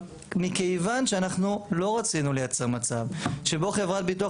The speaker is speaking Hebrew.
מכיוון שאנחנו לא רצינו לייצר מצב שבו חברת ביטוח